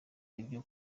ibyo